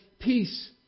Peace